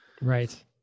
Right